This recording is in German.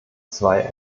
zwei